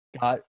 got